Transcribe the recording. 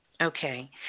Okay